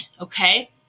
Okay